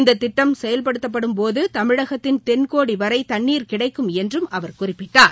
இந்தத் திட்டம் செயல்படுத்தப்படும்போது தமிழகத்தின் தென்கோடி வரை தண்ணீர் கிடைக்கும் என்றும் அவர் குறிப்பிட்டார்